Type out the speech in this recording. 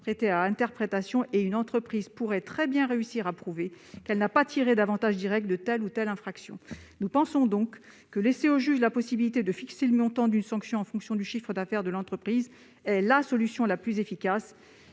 prêter à interprétation. Une entreprise pourrait très bien réussir à prouver qu'elle n'a pas tiré d'avantage direct de telle ou telle infraction. Nous pensons que laisser au juge la possibilité de fixer le montant d'une sanction en fonction du chiffre d'affaires de l'entreprise est la solution la plus efficace.